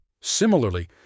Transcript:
similarly